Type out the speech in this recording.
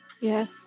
Yes